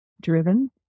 driven